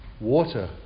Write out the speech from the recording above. Water